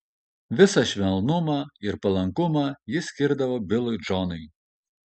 visą švelnumą ir palankumą jis skirdavo bilui džonui